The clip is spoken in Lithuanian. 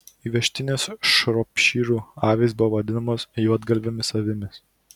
įvežtinės šropšyrų avys buvo vadinamos juodgalvėmis avimis